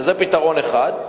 זה פתרון אחד.